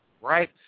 right